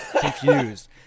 confused